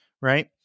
Right